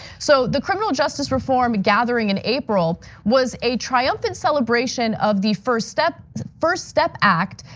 so the criminal justice reform gathering in april was a triumphant celebration of the first step first step act,